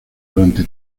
durante